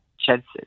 chances